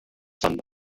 sun